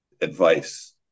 advice